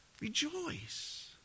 rejoice